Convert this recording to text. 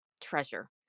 treasure